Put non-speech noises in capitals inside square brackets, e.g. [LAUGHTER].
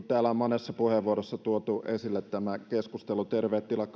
[UNINTELLIGIBLE] täällä on monessa puheenvuorossa tuotu esille tämä keskustelu terveet tilat [UNINTELLIGIBLE]